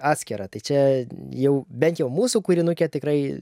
atskirą tai čia jau bent jau mūsų kūrinuke tikrai